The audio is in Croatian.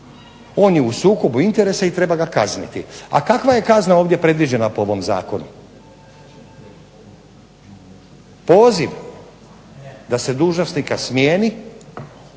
on je u sukobu interesa i treba ga kazniti. A kakva je kazna ovdje predviđena po ovom zakonu? Poziv da se dužnosnika smijeni